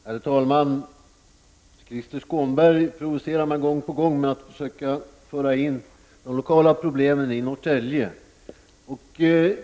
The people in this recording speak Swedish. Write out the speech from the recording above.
Herr talman! Krister Skånberg provocerar mig gång på gång med att försöka ta upp de lokala problemen i Norrtälje.